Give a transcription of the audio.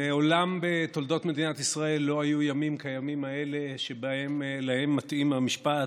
מעולם בתולדות מדינת ישראל לא היו ימים כימים האלה שלהם מתאים המשפט: